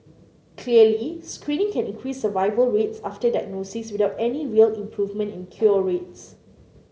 clearly screening can increase survival rates after diagnosis without any real improvement in cure rates